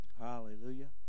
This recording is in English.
Hallelujah